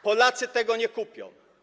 Polacy tego nie kupią.